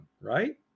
right